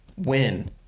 Win